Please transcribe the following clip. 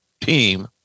team